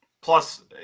Plus